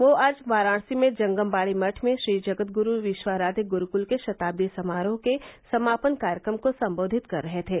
वह आज वाराणसी में जगम बाड़ी मठ में श्री जगदग्रू विश्वाराध्य गुरूकृल के शताब्दी समारोह के समापन कार्यक्रम को संबोधित कर रहे थे